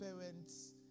parents